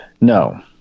No